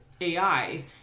AI